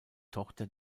tochter